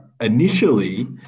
initially